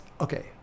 okay